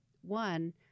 one